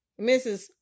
Mrs